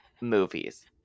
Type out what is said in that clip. movies